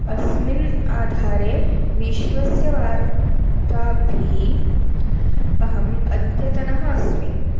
अस्मिन् आधारे विश्वस्य वार्ताभिः अहम् अद्यतनः अस्मि